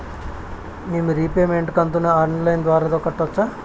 మేము రీపేమెంట్ కంతును online ద్వారా కట్టొచ్చా